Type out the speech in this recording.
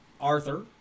Arthur